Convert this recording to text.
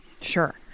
Sure